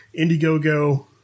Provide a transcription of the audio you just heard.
Indiegogo